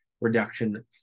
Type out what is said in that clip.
reduction